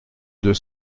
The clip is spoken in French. deux